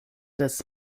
das